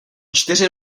čtyři